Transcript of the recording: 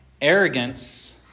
Arrogance